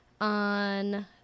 on